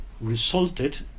resulted